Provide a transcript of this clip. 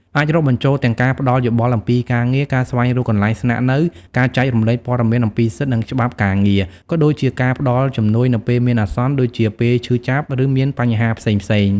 អាចរាប់បញ្ចូលទាំងការផ្ដល់យោបល់អំពីការងារ ការស្វែងរកកន្លែងស្នាក់នៅ ការចែករំលែកព័ត៌មានអំពីសិទ្ធិ និងច្បាប់ការងារ ក៏ដូចជាការផ្ដល់ជំនួយនៅពេលមានអាសន្ន ដូចជាពេលឈឺចាប់ ឬមានបញ្ហាផ្សេងៗ ។